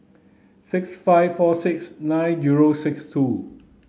six five four six nine zero six two